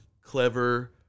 clever